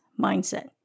mindset